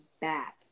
back